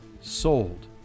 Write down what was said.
sold